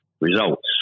results